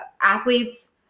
athletes